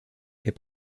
est